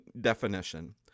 definition